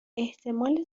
احتمال